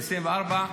ב- 2024,